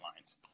lines